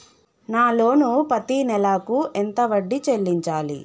నా లోను పత్తి నెల కు ఎంత వడ్డీ చెల్లించాలి?